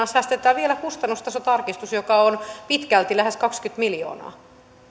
säästetään vielä kustannustasotarkistus joka on pitkälti lähes kaksikymmentä miljoonaa